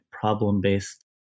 problem-based